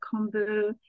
kombu